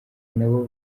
nabo